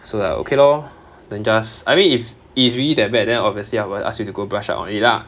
so like okay lor then just I mean if it's really that bad then obviously I would ask me to go brush up on it lah